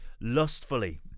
lustfully